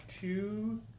two